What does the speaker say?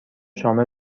شامل